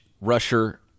rusher